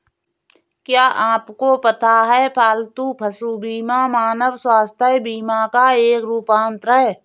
क्या आपको पता है पालतू पशु बीमा मानव स्वास्थ्य बीमा का एक रूपांतर है?